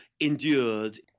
endured